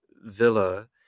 villa